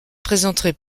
présenterait